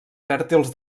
fèrtils